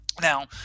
Now